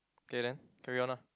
okay then carry on ah